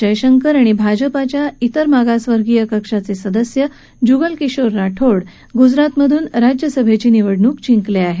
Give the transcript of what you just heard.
जयशंकर आणि भाजपाच्या तेर मागासवर्गीय कक्षाचे सदस्य जुगलकिशोर राठोर गुजरातमधून राज्यसभेची निवडणूक जिंकले आहेत